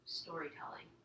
storytelling